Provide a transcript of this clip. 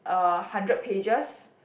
a hundred pages